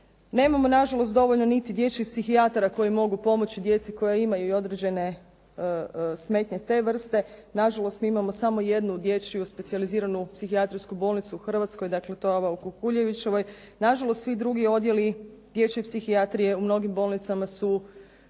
nemamo nažalost dovoljno niti dječjih psihijatara koji mogu pomoći djeci koja imaju i određene smetnje te vrste. Nažalost mi imamo samo jednu dječju specijaliziranu psihijatrijsku bolnicu u Hrvatskoj. To je ova u Kukuljevićevoj. Nažalost svi drugi odjeli dječje psihijatrije u mnogim bolnicama su